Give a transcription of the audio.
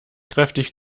kräftig